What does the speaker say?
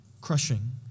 crushing